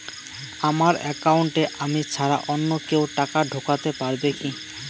আমার একাউন্টে আমি ছাড়া অন্য কেউ টাকা ঢোকাতে পারবে কি?